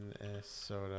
Minnesota